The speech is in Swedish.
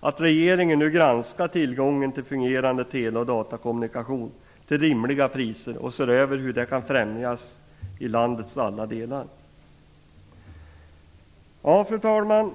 att regeringen nu granskar tillgången till fungerande tele och datakommunikation till rimliga priser och ser över hur det kan främjas i landets alla delar. Fru talman!